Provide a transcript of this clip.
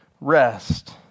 Rest